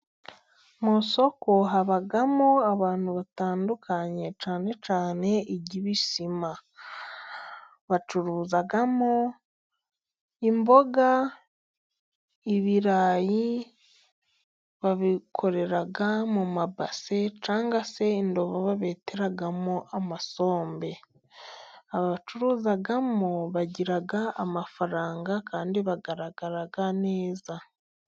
Mu soko habamo abantu batandukanye cyane cyane iry'ibisima. Bacuruzamo imboga, ibirayi, babikorera mu mabase cyangwa se indobo, babeteramo amasombe. Abacuruzamo bagira amafaranga kandi bagaragara neza.